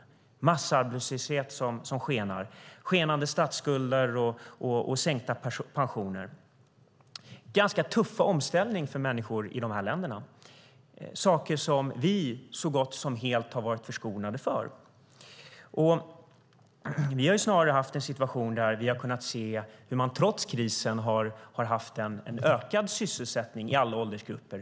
Det finns massarbetslöshet, skenande statsskulder och sänkta pensioner. Det är en ganska tuff omställning för människorna i dessa länder, något som vi så gott som helt varit förskonade från. Vi har snarare haft en situation där vi trots krisen kunnat se en ökad sysselsättning i alla åldersgrupper.